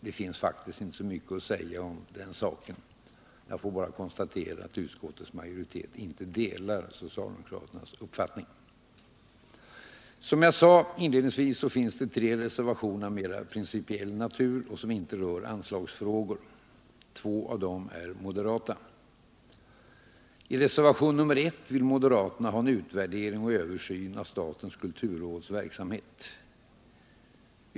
Det finns faktiskt inte så mycket att säga om den saken. Jag får bara konstatera att utskottets majoritet inte delar socialdemokraternas uppfattning. Som jag sade inledningsvis finns det tre reservationer som är av mera principiell natur och som inte rör anslagsfrågor. Två av dem är moderata. I reservationen 1 vill moderaterna ha en utvärdering och översyn av statens kulturråds verksamhet.